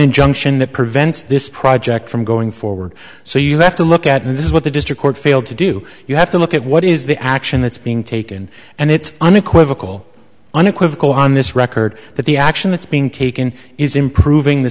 injunction that prevents this project from going forward so you have to look at and this is what the district court failed to do you have to look at what is the action that's being taken and it's unequivocal unequivocal on this record that the action that's being taken is improving the